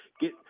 Get